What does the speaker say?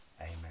Amen